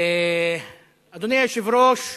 אדוני היושב-ראש,